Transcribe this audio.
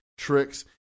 tricks